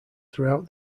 throughout